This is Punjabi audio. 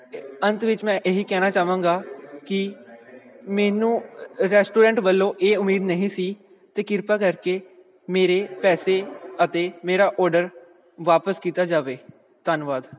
ਅੰਤ ਵਿੱਚ ਮੈਂ ਇਹੀ ਕਹਿਣਾ ਚਾਹਵਾਂਗਾ ਕਿ ਮੈਨੂੰ ਰੈਸਟੋਰੈਂਟ ਵੱਲੋਂ ਇਹ ਉਮੀਦ ਨਹੀਂ ਸੀ ਅਤੇ ਕਿਰਪਾ ਕਰਕੇ ਮੇਰੇ ਪੈਸੇ ਅਤੇ ਮੇਰਾ ਔਡਰ ਵਾਪਸ ਕੀਤਾ ਜਾਵੇ ਧੰਨਵਾਦ